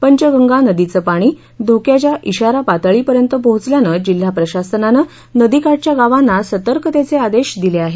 पंचगंगा नदीचं पाणी धोक्याच्या श्रारापातळीपर्यंत पोहचल्यानं जिल्हा प्रशासनानं नदीकाठच्या गावांना सर्तकतेचे आदेश दिले आहे